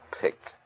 picked